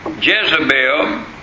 Jezebel